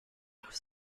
notice